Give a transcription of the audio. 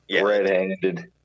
red-handed